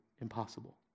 impossible